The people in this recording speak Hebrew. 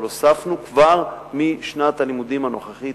אבל הוספנו כבר משנת הלימודים הנוכחית,